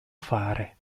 fare